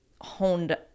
honed